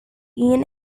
ian